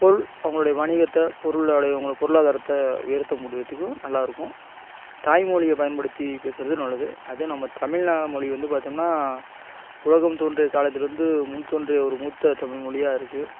பொருள் அவங்களுடைய வணிகத்தை பொருளோடைய அவங்க பொருளாதாரத்தை உயர்த்த முடியுறதுக்கும் நல்லா இருக்கும் தாய்மொழியை பயன்படுத்தி பேசுறது நல்லது அதுவும் நம்ம தமிழ்நா மொழி வந்து பார்த்தோம்னா உலகம் தோன்றிய காலத்தில் இருந்து முன் தோன்றிய ஒரு மூத்த தமிழ்மொழியாக இருக்கு